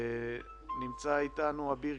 אירינה,